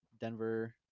Denver